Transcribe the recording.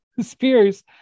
Spears